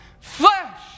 flesh